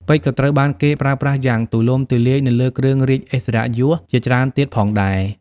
ពេជ្រក៏ត្រូវបានគេប្រើប្រាស់យ៉ាងទូលំទូលាយនៅលើគ្រឿងរាជឥស្សរិយយសជាច្រើនទៀតផងដែរ។